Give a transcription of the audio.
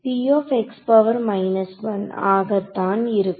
ஆகத்தான் இருக்கும்